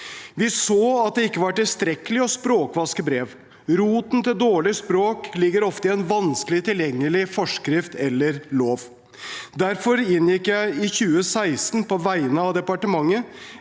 Vi så at det ikke var tilstrekkelig å språkvaske brev. Roten til dårlig språk ligger ofte i en vanskelig tilgjengelig forskrift eller lov. Derfor inngikk jeg i 2016, på vegne av departementet,